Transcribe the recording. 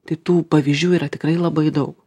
tai tų pavyzdžių yra tikrai labai daug